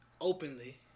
Openly